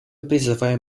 призываем